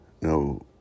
no